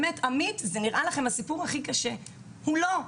הסיפור של עמית נראה לכם הסיפור הכי קשה אבל הוא לא.